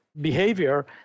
behavior